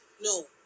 No